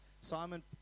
Simon